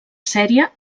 sèrie